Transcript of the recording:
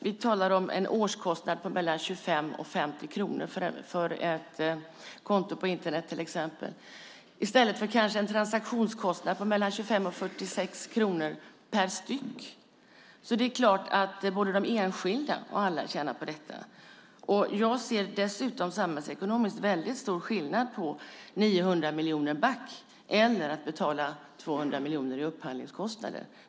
Vi talar om en årskostnad om mellan 25 och 50 kronor för ett konto på Internet, i stället för en kostnad på mellan 25 och 46 kronor per transaktion. Det är klart att både de enskilda och hela samhället tjänar på detta. Jag ser samhällsekonomiskt väldigt stor skillnad mellan att gå 900 miljoner back och att betala 200 miljoner i upphandlingskostnader.